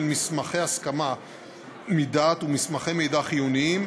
מסמכי הסכמה מדעת ומסמכי מידע חיוניים,